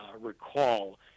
recall